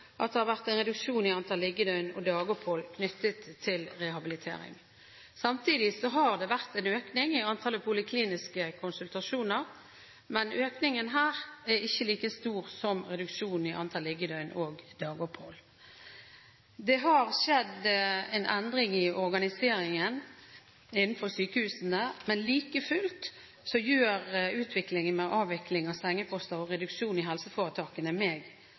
at det har vært en reduksjon i antall liggedøgn og dagopphold knyttet til rehabilitering. Samtidig har det vært en økning i antallet polikliniske konsultasjoner, men økningen her er ikke like stor som reduksjonen i antall liggedøgn og dagopphold. Det har skjedd en endring i organiseringen innenfor sykehusene, men like fullt gjør utviklingen med avvikling av sengeposter og reduksjon i helseforetakene meg